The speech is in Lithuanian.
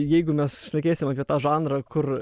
jeigu mes šnekėsim apie tą žanrą kur